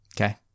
Okay